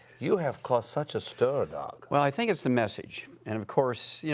you have caused such a stir, doc. well, i think it's the message, and of course, you